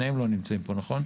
שניהם לא נמצאים פה, נכון?